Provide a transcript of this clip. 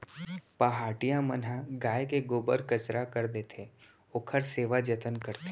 पहाटिया मन ह गाय के गोबर कचरा कर देथे, ओखर सेवा जतन करथे